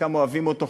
חלקם אוהבים אותו,